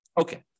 Okay